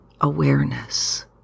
awareness